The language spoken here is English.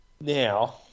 now